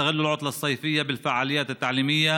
נצלו את חופשת הקיץ בפעילויות לימודיות,